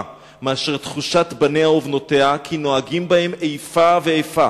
מאשר תחושת בניה ובנותיה כי נוהגים בהם איפה ואיפה.